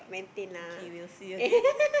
okay we'll see okay